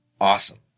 Awesome